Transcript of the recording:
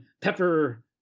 Pepper